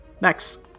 Next